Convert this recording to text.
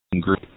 group